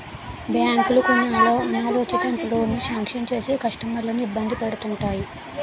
బ్యాంకులు కొన్ని అనాలోచిత లోనులు శాంక్షన్ చేసి కస్టమర్లను ఇబ్బంది పెడుతుంటాయి